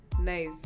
nice